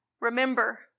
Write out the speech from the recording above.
remember